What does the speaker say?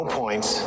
points